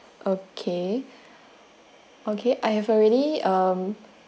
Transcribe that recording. okay okay I have already um